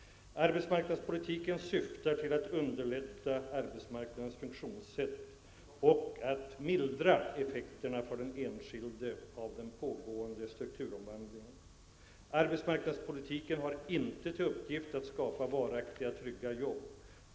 Arbetsmarknadspolitiken syftar till att underlätta arbetsmarknadens funktion och att mildra effekterna för den enskilde av den pågående strukturomvandlingen. Arbetsmarknadspolitiken har inte till uppgift att skapa varaktiga trygga jobb.